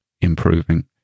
improving